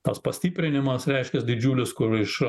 tas pastiprinimas reiškias didžiulis kur iš